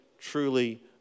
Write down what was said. truly